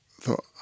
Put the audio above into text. thought